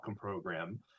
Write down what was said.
program